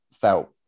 felt